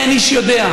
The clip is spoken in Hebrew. אין איש יודע.